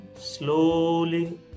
slowly